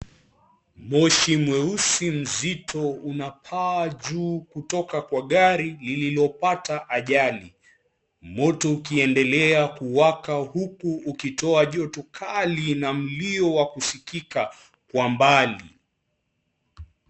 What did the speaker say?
Moshi mweusi mzito unapaa juu kutoka kwa gari lilopata ajali. Moto ukiendelea kuwaka huku ukitoa joto kali na mlio wa kusikika kwa mbali.